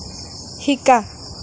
শিকা